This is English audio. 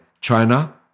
China